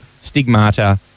stigmata